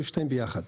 שניהם ביחד.